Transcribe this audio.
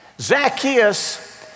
Zacchaeus